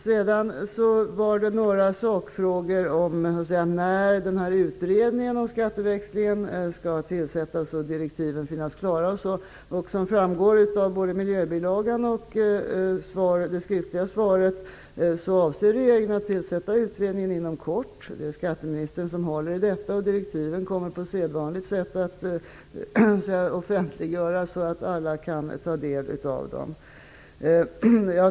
Det ställdes några frågor om när utredningen om skatteväxling skall tillsättas, när direktiven skall finnas klara osv. Som framgår av både miljöbilagan till finansplanen och interpellationssvaret avser regeringen att tillsätta utredningen inom kort. Det är skatteministern som håller i detta. Direktiven kommer på sedvanligt sätt att offentliggöras, så att alla kan ta del av dem.